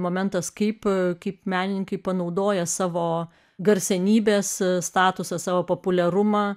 momentas kaip kaip menininkai panaudoja savo garsenybės statusą savo populiarumą